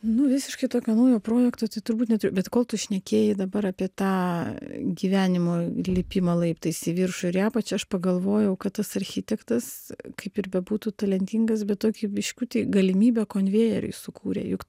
nu visiškai tokio naujo projekto tai turbūt neturiu bet kol tu šnekėjai dabar apie tą gyvenimo lipimą laiptais į viršų ar į apačią aš pagalvojau kad tas architektas kaip ir bebūtų talentingas bet tokį biškutį galimybę konvejeriui sukūrė juk